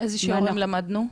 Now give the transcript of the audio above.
איזה שיעורים למדנו?